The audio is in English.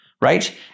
right